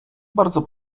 bardzo